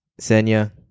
Senya